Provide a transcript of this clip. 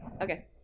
Okay